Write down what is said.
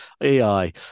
AI